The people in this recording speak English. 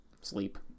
sleep